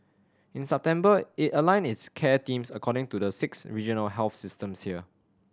in September it aligned its care teams according to the six regional health systems here